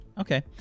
Okay